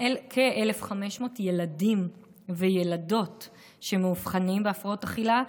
כ-1,500 ילדים וילדות שמאובחנים בהפרעות אכילה,